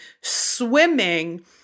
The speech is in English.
swimming